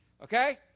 Okay